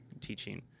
teaching